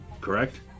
correct